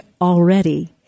already